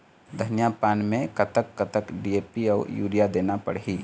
धनिया पान मे कतक कतक डी.ए.पी अऊ यूरिया देना पड़ही?